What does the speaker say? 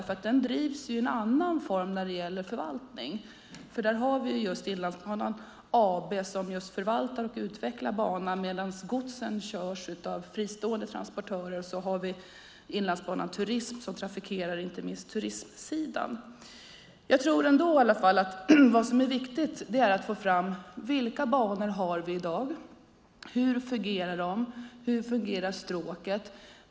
För den drivs i en annan form när det gäller förvaltning. Där har vi Inlandsbanan AB som förvaltar och utvecklar banan. Medan godset körs av fristående transportörer har vi Inlandsbanan Turism som trafikerar inte minst på turismsidan. Jag tror ändå att det är viktigt att få fram: Vilka banor har vi i dag? Hur fungerar de? Hur fungerar stråket?